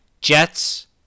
Jets